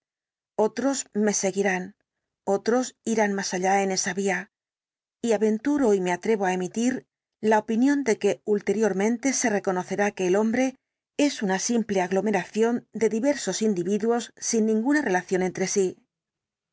otros me seguirán otros irán más allá en esa vía y aventuro y me atrevo á emitir la opinión de que ulteriormente se reconocerá que el hombre es una simple aglomeración de diversos individuos sin ninguna relación entre sí